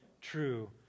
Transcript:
true